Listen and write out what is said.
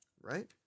Right